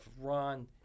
Ron